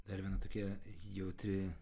dar viena tokia jautri